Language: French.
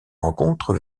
rencontre